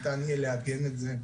ניתן יהיה לעגן את זה.